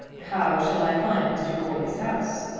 how shall i find mr. goarly's house?